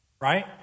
right